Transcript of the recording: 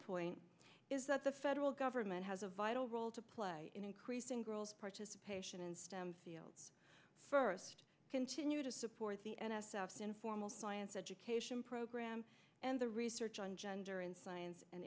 point is that the federal government has a vital role to play in increasing girls participation in stem first continue to support the n s f informal science education program and the research on gender in science and